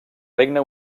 regne